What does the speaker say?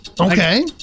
Okay